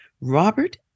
Robert